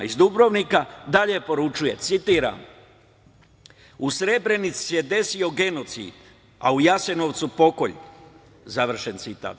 Iz Dubrovnika dalje poručuje, citiram – u Srebrenici se desio genocid, a u Jasenovcu pokolj, završen citat.